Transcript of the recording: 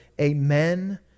Amen